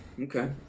Okay